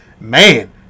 man